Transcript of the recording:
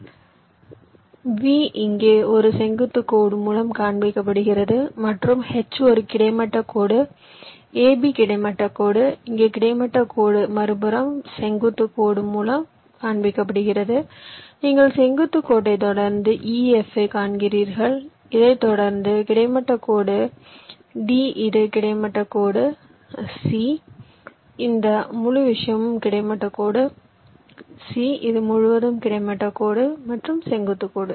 V இங்கே ஒரு செங்குத்து கோடு மூலம் காண்பிக்கப்படுகிறது மற்றும் H ஒரு கிடைமட்ட கோடு ab கிடைமட்ட கோடு இங்கே கிடைமட்ட கோடு மறுபுறம் செங்குத்து கோடு மூலம் காண்பிக்கப்படுகிறது நீங்கள் செங்குத்து கோட்டைத் தொடர்ந்து ef ஐக் காண்கிறீர்கள் இதை தொடர்ந்து கிடைமட்ட கோடு d இது கிடைமட்ட கோடு c இந்த முழு விஷயமும் கிடைமட்ட கோடு c இது முழுவதும் கிடைமட்ட கோடு மற்றும் செங்குத்து கோடு